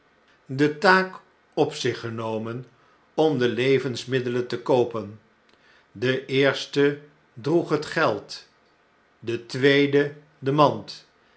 de taak op zich genomen om de levensmiddelen in te koopen de eerste droeg het geld de tweede de mand